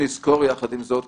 יחד עם זאת,